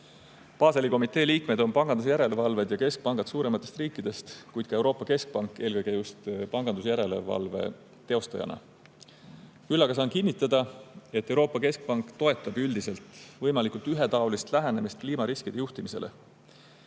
Baseli komitee liikmed on panganduse järelevalvajad ja keskpangad suurematest riikidest, kuid ka Euroopa Keskpank eelkõige just pangandusjärelevalve teostajana. Küll aga saan kinnitada, et Euroopa Keskpank toetab üldiselt võimalikult ühetaolist lähenemist kliimariskide juhtimisele.